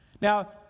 Now